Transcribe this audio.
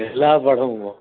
எல்லா பழமும்மா